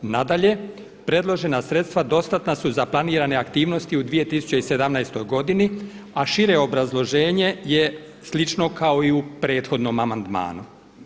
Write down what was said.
Nadalje, predložena sredstva dostatna su za planirane aktivnosti u 2017. godini a šire obrazloženje je slično kao i u prethodnom amandmanu.